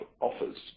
offers